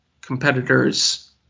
competitors